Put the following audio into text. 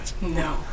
No